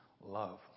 love